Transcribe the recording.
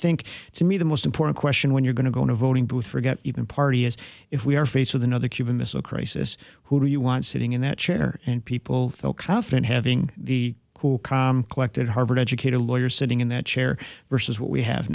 think to me the most important question when you're going to go in a voting booth for get even party is if we are faced with another cuban missile crisis who do you want sitting in that chair and people feel confident having the cool calm collected harvard educated lawyer sitting in that chair versus what we have